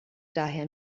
daher